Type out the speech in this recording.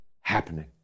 happening